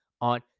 on